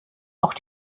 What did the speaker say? auch